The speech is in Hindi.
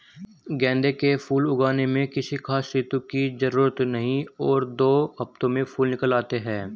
गेंदे के फूल उगाने में किसी खास ऋतू की जरूरत नहीं और दो हफ्तों में फूल निकल आते हैं